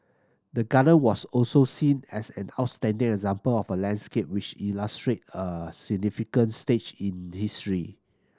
the garden was also seen as an outstanding example of a landscape which illustrate a significant stage in history